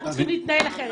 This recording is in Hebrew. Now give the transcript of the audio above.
אנחנו צריכים להתנהל אחרת.